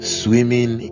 swimming